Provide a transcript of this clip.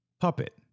puppet